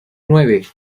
nueve